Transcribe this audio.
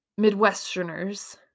Midwesterners